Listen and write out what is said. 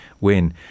win